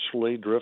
drift